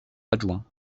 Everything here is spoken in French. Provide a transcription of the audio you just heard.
adjoints